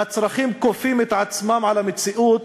הצרכים כופים את עצמם על המציאות